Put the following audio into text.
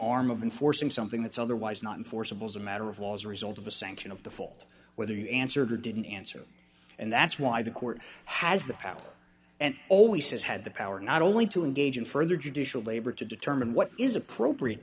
arm of enforcing something that's otherwise not enforceable as a matter of law as a result of a sanction of the fault whether you answered or didn't answer and that's why the court has the power and always has had the power not only to engage in further judicial labor to determine what is appropriate